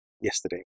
yesterday